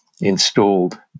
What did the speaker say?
installed